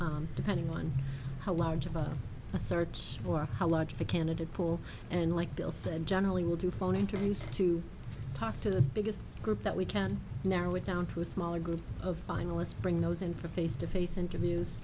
chair depending on how large of a search or how large a candidate pool and like bill said generally we do phone interviews to talk to the biggest group that we can narrow it down to a smaller group of finalists bring those in for a face to face interviews